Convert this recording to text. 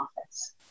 office